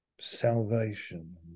salvation